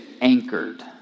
anchored